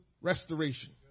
restoration